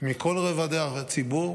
מכל רובדי הציבור